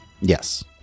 Yes